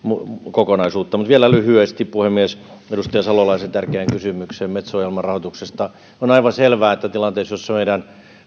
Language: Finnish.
kokonaisuutta vielä lyhyesti puhemies edustaja salolaisen tärkeään kysymykseen metso ohjelman rahoituksesta on aivan selvää että tilanteessa jossa meidän